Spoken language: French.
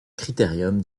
critérium